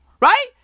Right